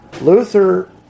Luther